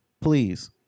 Please